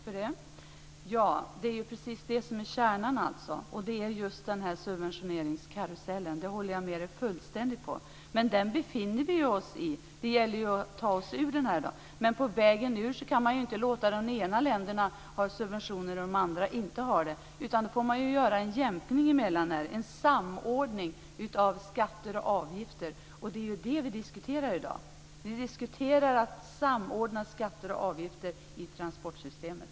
Fru talman! Det är precis det som är kärnan: det är just subventionskarusellen. Jag håller fullständigt med om det. Vi befinner oss i den, och då gäller det att vi tar oss ur den. Men på vägen ur den kan man inte låta några länder ha subventioner medan andra inte har det. Då får man göra en jämkning, en samordning av skatter och avgifter. Det är det vi diskuterar i dag. Vi diskuterar att samordna skatter och avgifter i transportsystemet.